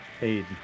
aid